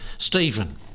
Stephen